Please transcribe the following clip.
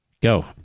Go